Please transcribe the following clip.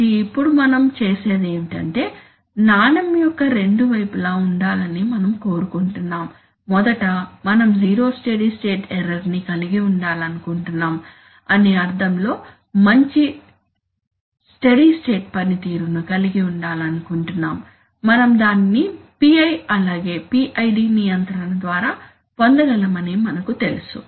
కాబట్టి ఇప్పుడు మనం చేసేది ఏమిటంటే నాణెం యొక్క రెండు వైపులా ఉండాలని మనం కోరుకుంటున్నాము మొదట మనం జీరో స్టడీ స్టేట్ ఎర్రర్ ని కలిగి ఉండాలనుకుంటున్నాము అనే అర్థంలో మంచి స్టడీ స్టేట్ పనితీరును కలిగి ఉండాలనుకుంటున్నాము మనం దానిని PI అలాగే PID నియంత్రణ ద్వారా పొందగలమని మనకు తెలుసు